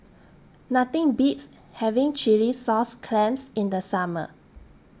Nothing Beats having Chilli Sauce Clams in The Summer